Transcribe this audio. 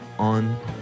on